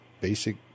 basic